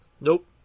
Nope